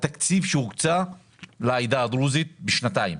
התקציב שהוקצה לעדה הדרוזית בשנתיים.